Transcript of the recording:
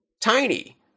Tiny